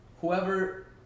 whoever